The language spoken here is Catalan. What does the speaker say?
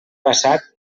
passat